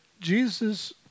Jesus